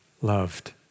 loved